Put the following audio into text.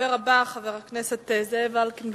הדובר הבא, חבר הכנסת זאב אלקין,